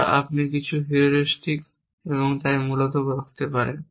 যা আপনি কিছু হিউরিস্টিক এবং তাই মূলত রাখতে পারেন